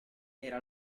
era